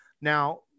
Now